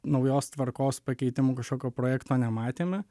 naujos tvarkos pakeitimų kažkokio projekto nematėme